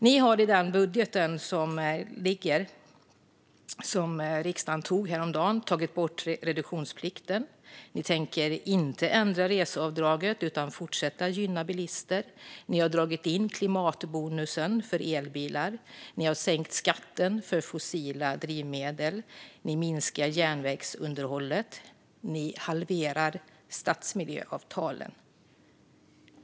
Ni har i den budget som riksdagen antog häromdagen tagit bort reduktionsplikten. Ni tänker inte ändra reseavdraget utan fortsätta gynna bilister. Ni har dragit in klimatbonusen för elbilar. Ni har sänkt skatten för fossila drivmedel. Ni minskar järnvägsunderhållet. Ni halverar stadsmiljöavtalen.